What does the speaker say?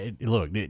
Look